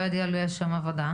לא ידוע לי על שום עבודה.